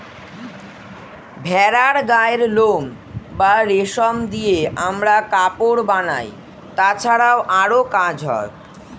ভেড়ার গায়ের লোম বা রেশম দিয়ে আমরা কাপড় বানাই, তাছাড়াও আরো কাজ হয়